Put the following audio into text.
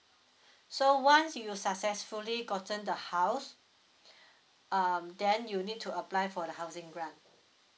so once you successfully gotten the house um then you need to apply for the housing grant